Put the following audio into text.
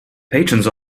patrons